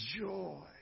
joy